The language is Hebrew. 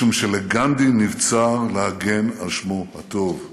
משום שמגנדי נבצר להגן על שמו הטוב,